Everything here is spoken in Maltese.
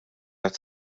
għat